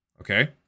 Okay